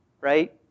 right